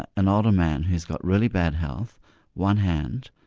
an older man who's got really bad health one hand,